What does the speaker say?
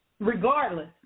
Regardless